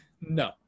No